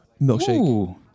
milkshake